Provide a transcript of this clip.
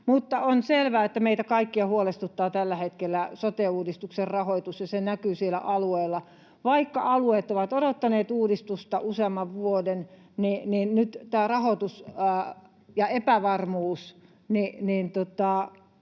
on selvää, että meitä kaikkia huolestuttaa tällä hetkellä sote-uudistuksen rahoitus, ja se näkyy siellä alueilla. Vaikka alueet ovat odottaneet uudistusta useamman vuoden, niin nyt tämä rahoitus ja epävarmuus